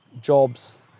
jobs